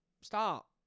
stop